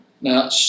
Now